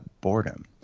boredom